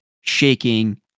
shaking